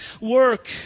work